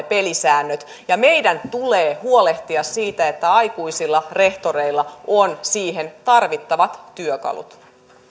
pelisäännöt ja meidän tulee huolehtia siitä että aikuisilla rehtoreilla on siihen tarvittavat työkalut